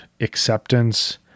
acceptance